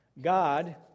God